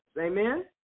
Amen